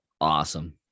awesome